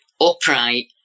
upright